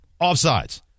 offsides